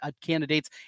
candidates